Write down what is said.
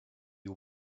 you